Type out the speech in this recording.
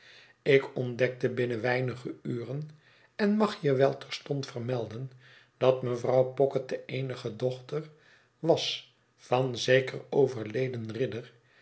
ik ontdekte binnen weinige uren en mag hier wel terstond vermelden dat mevrouw pocket de eenige dochter was van zeker overleden ridder